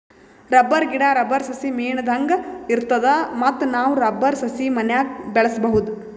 rubber ಗಿಡಾ, rubber ಸಸಿ ಮೇಣದಂಗ್ ಇರ್ತದ ಮತ್ತ್ ನಾವ್ ರಬ್ಬರ್ ಸಸಿ ಮನ್ಯಾಗ್ ಬೆಳ್ಸಬಹುದ್